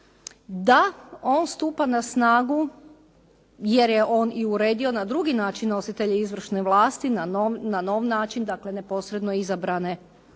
da on stupa na snagu jer je on i uredio na drugi način nositelje izvršne vlasti na nov način, dakle neposredno izabrane općinske